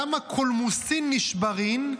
כמה קולומוסין נשברין,